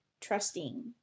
trusting